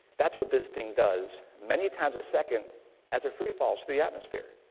that's what this thing does. many times a second as it free falls through the atmosphere,